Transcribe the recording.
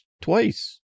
twice